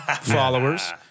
followers